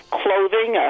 clothing